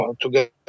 together